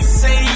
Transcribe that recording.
say